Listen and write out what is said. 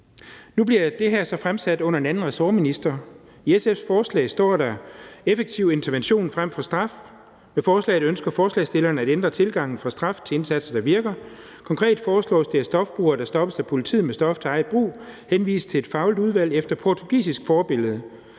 Nu bliver det her så fremsat under en anden ressortminister. I SF's forslag står der effektiv intervention frem for straf. Med forslaget ønsker forslagsstillerne at ændre tilgangen fra straf til indsatser, der virker. Konkret foreslås det, at stofbrugere, der stoppes af politiet med stof til eget brug, henvises til et fagligt udvalg efter portugisisk forbillede,